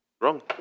Wrong